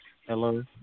Hello